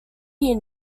here